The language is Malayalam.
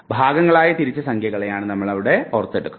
ഭാഗങ്ങളാക്കി തിരിച്ച സംഖ്യകളെയാണ് നാം ഓർത്തെടുക്കുക